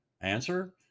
Answer